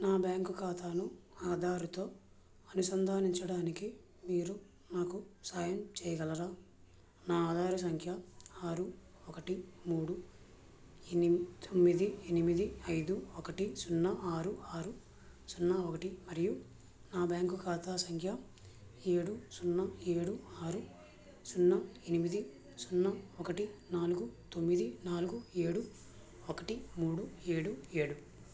నా బ్యాంకు ఖాతాను ఆధారుతో అనుసంధానించడానికి మీరు నాకు సహాయం చేయగలరా నా ఆధార్ సంఖ్య ఆరు ఒకటి మూడు తొమ్మిది ఎనిమిది ఐదు ఒకటి సున్నా ఆరు ఆరు సున్నా ఒకటి మరియు నా బ్యాంకు ఖాతా సంఖ్య ఏడు సున్నా ఏడు ఆరు సున్నా ఎనిమిది సున్నా ఒకటి నాలుగు తొమ్మిది నాలుగు ఏడు ఒకటి మూడు ఏడు ఏడు